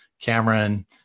Cameron